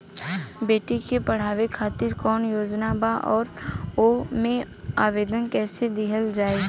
बेटी के पढ़ावें खातिर कौन योजना बा और ओ मे आवेदन कैसे दिहल जायी?